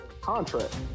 contract